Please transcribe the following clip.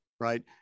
right